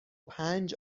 پنج